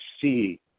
see